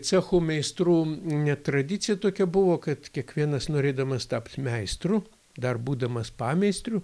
cechų meistrų net tradicija tokia buvo kad kiekvienas norėdamas tapt meistru dar būdamas pameistriu